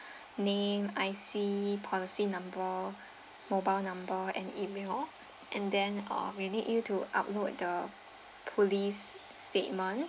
name I_C policy number mobile number and email and then uh we need you to upload the police statement